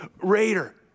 raider